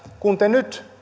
kun te nyt